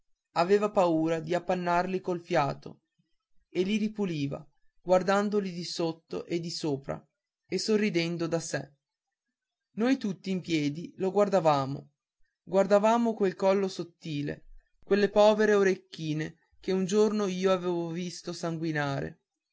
aveva paura di appannarli col fiato e li ripuliva guardandoli di sotto e di sopra e sorridendo da sé noi tutti in piedi lo guardavamo guardavamo quel collo sottile quelle povere orecchine che un giorno io avevo visto sanguinare